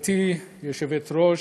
גברתי היושבת-ראש,